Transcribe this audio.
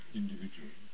individual